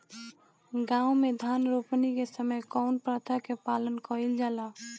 गाँव मे धान रोपनी के समय कउन प्रथा के पालन कइल जाला?